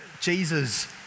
Jesus